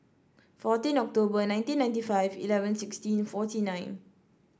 fourteen October nineteen ninety five eleven sixteen forty nine